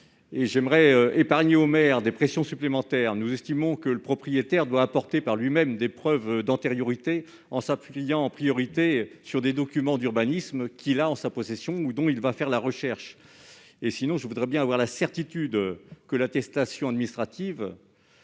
Or j'aimerais épargner aux maires des pressions supplémentaires. Nous estimons que le propriétaire doit apporter par lui-même des preuves d'antériorité en s'appuyant en priorité sur des documents d'urbanisme qu'il a en sa possession ou qu'il obtient à l'issue d'une recherche. Je voudrais à tout le moins avoir la certitude que l'attestation administrative,